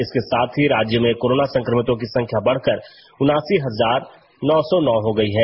इसके साथ ही राज्य में कोरोना संक्रमितों की संख्या बढ़कर उनासी हजार नौ सौ नौ हो गई है